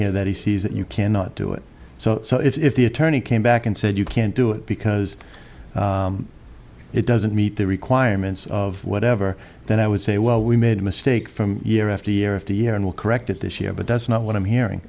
here that he says that you cannot do it so so if the attorney came back and said you can't do it because it doesn't meet the requirements of whatever then i would say well we made a mistake from year after year after year and will correct it this year but that's not what i'm hearing